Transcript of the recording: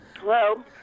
Hello